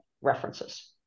references